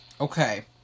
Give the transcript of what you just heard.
Okay